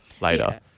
later